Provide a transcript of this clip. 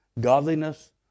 godliness